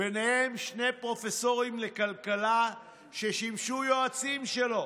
ובהם שני פרופסורים לכלכלה ששימשו יועצים שלו,